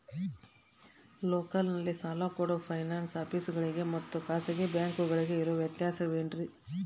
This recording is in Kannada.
ಲೋಕಲ್ನಲ್ಲಿ ಸಾಲ ಕೊಡೋ ಫೈನಾನ್ಸ್ ಆಫೇಸುಗಳಿಗೆ ಮತ್ತಾ ಖಾಸಗಿ ಬ್ಯಾಂಕುಗಳಿಗೆ ಇರೋ ವ್ಯತ್ಯಾಸವೇನ್ರಿ?